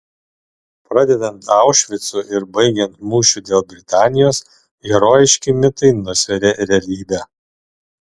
pradedant aušvicu ir baigiant mūšiu dėl britanijos herojiški mitai nusveria realybę